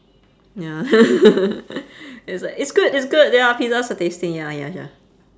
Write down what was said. ya it's like it's good it's good their pizzas are tasty ya ya ya